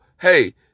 hey